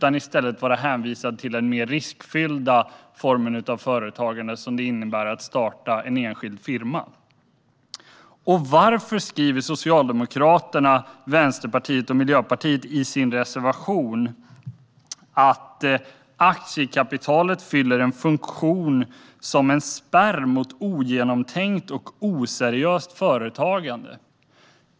Annars är man hänvisad till den mer riskfyllda form av företagande som det innebär att starta en enskild firma. Varför skriver Socialdemokraterna, Vänsterpartiet och Miljöpartiet i sin reservation att aktiekapitalet fyller en funktion som en spärr mot ogenomtänkt och oseriöst företagande?